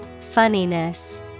Funniness